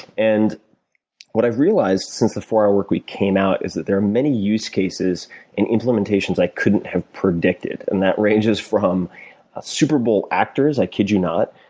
and what i've realized since the four hour work week came out, is that there are many use cases and implementations i couldn't have predicted. and that ranges from superbowl actors, i kid you not,